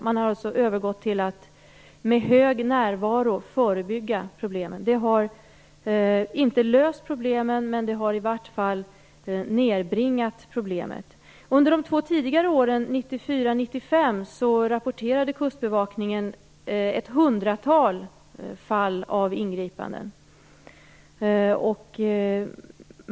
Man har alltså övergått till att med hög närvaro förebygga problemen. Det har inte löst problemen, men det har i varje fall minskat dem. Under de två tidigare åren, 1994 och 1995, rapporterade kustbevakningen ett hundratal fall av ingripanden.